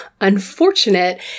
unfortunate